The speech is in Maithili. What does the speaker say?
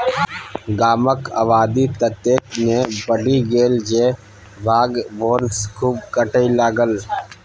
गामक आबादी ततेक ने बढ़ि गेल जे बाध बोन खूब कटय लागल